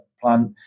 plant